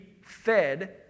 fed